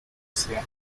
tunisia